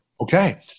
okay